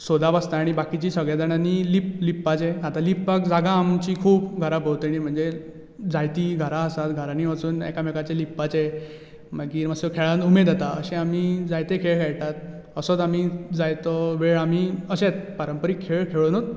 सोदप आसता आनी बाकिची सगळे जाणांनी लीप लिपपाचें आता लिपपाक जागा आमची खूब घरां भोंवतणी म्हणजे जायती घरां आसात घरांनी वचून एकामेकाच्या लिपपाचें मागीर मातसो खेळान उमेद येता अशें आमी जायते खेळ खेळटात असोच आमी जायतो वेळ आमी अशेंच पारंपारीक खेळ खेळुनूच